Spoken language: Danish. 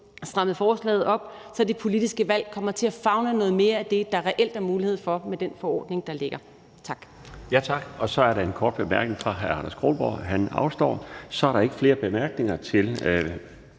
strammet forslaget op, så det politiske valg kommer til at favne noget mere af det, der reelt er mulighed for med den forordning, der ligger. Tak.